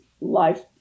life